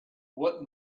what